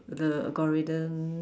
the algorithm